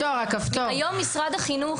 קודם כול,